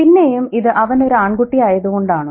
പിന്നെയും ഇത് അവൻ ഒരു ആൺകുട്ടിയായതുകൊണ്ടാണോ